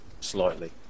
slightly